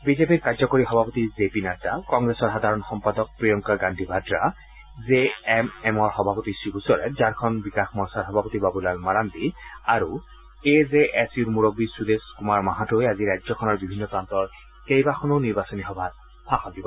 বিজেপিৰ কাৰ্যকৰী সভাপতি জে পি নাদ্দা কংগ্ৰেছৰ সাধাৰণ সম্পাদক প্ৰিয়ংকা গান্ধী ভাদ্ৰা জে এম এমৰ সভাপতি শিবু ছোৰেন ঝাৰখণ্ড বিকাশ মৰ্চাৰ সভাপতি Babulal Marandi A J S ইউৰ মুৰববী সুদেশ কুমাৰ মাহাতোই আজি ৰাজ্যখনৰ বিভিন্ন প্ৰান্তৰ কেইবাখনো নিৰ্বাচনী সভাত ভাষণ দিব